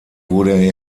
wurde